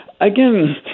Again